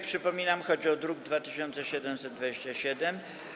Przypominam, że chodzi o druk nr 2727.